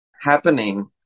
happening